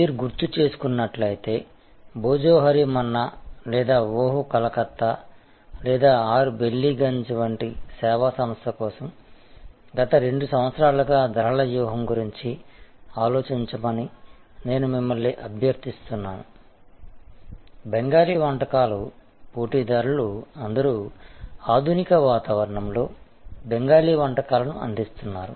మీరు గుర్తుచేసుకున్నట్లైతే భోజోహోరి మన్నా లేదా ఓహ్ కలకత్తా లేదా 6 బల్లిగంజ్ వంటి సేవా సంస్థ కోసం గత 2 సంవత్సరాలుగా ధరల వ్యూహం గురించి ఆలోచించమని నేను మిమ్మల్ని అభ్యర్థిస్తున్నాను బెంగాలీ వంటకాల పోటీదారులు అందరూ ఆధునిక వాతావరణంలో బెంగాలీ వంటకాలను అందిస్తున్నారు